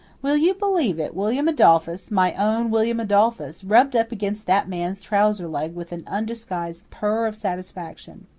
will you believe it, william adolphus, my own william adolphus, rubbed up against that man's trouser leg with an undisguised purr of satisfaction.